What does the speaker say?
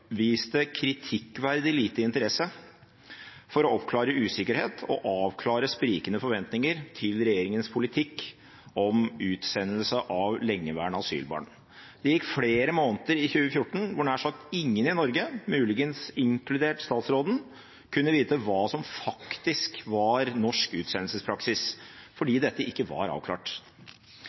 kritikkverdig liten interesse for å oppklare usikkerhet og avklare sprikende forventinger til regjeringens politikk om utsendelse av lengeværende asylbarn. Det gikk flere måneder i 2014 hvor nær sagt ingen i Norge, muligens inkludert statsråden, kunne vite hva som faktisk var norsk utsendelsespraksis, fordi dette ikke var avklart.